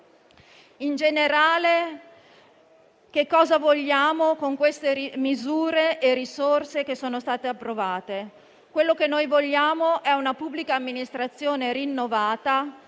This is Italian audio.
In generale che cosa vogliamo con queste misure e risorse approvate? Quello che vogliamo è una pubblica amministrazione rinnovata,